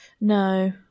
No